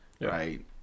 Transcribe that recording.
right